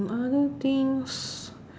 other things